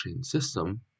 system